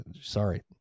sorry